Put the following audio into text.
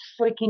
freaking